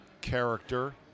character